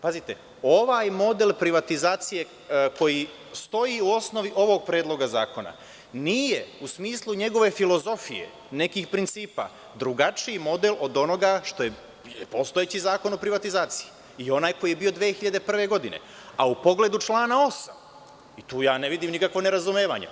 Pazite, ovaj model privatizacije, koji stoji u osnovi ovog predloga zakona, nije u smislu njegove filozofije, nekih principa, drugačiji model od onoga što je postojeći Zakon o privatizaciji i onaj koji je bio 2001. godine, a u pogledu člana 8, ne vidim nikakvo nerazumevanje.